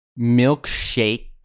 milkshake